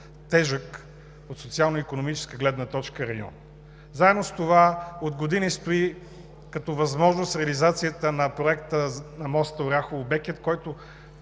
тежък от социално-икономическа гледна точка район. Заедно с това от години стои като възможност реализацията на проекта за моста Оряхово – Бекет, който